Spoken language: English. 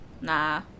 Nah